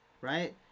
right